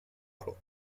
model